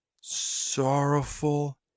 sorrowful